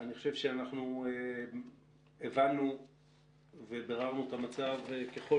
אני חושב שאנחנו הבנו וביררנו את המצב ככל